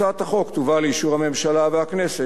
הצעת החוק תובא לאישור הממשלה והכנסת